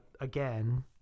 again